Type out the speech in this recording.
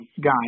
guy